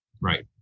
Right